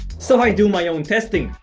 so, i do my own testing,